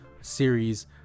series